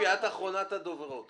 שפי, את אחרונת הדוברות.